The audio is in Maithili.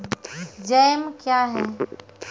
जैम क्या हैं?